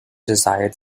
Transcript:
desired